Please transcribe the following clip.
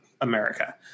America